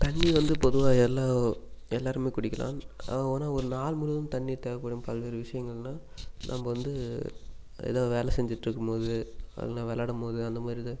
தண்ணி வந்து பொதுவாக எல்லா எல்லோருமே குடிக்கலாம் ஓ ஆனால் ஒரு நாள் முழுவதும் தண்ணீர் தேவைப்படும் பல்வேறு விஷயங்கள்னா நம்ம வந்து எதா வேலை செஞ்சிட்டிருக்கும்போது இல்லைன்னா வெளாடும் போது அந்த மாதிரி தான்